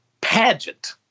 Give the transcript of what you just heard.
pageant